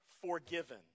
forgiven